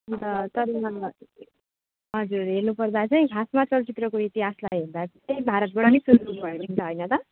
अन्त तर हजुर हेर्नु पर्दा चैँ खासमा चलचित्रको इतिहासलाई हेर्दा चैँ भारतबड नै सुरु भएको हैन र